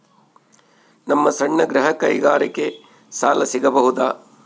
ನಮ್ಮ ಸಣ್ಣ ಗೃಹ ಕೈಗಾರಿಕೆಗೆ ಸಾಲ ಸಿಗಬಹುದಾ?